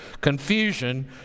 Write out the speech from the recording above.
confusion